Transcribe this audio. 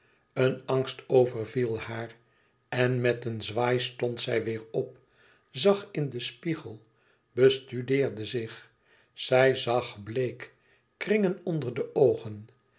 een angst overviel haar en met een zwaai stond zij weêr op zag in den spiegel bestudeerde zich zij zag bleek kringen onder de oogen